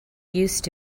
used